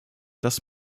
das